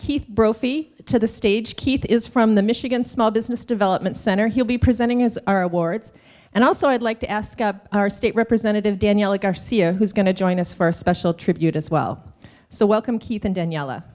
keith brophy to the stage keith is from the michigan small business development center he'll be presenting his our awards and also i'd like to ask up our state representative daniela garcia who's going to join us for a special tribute as well so welcome keith and daniela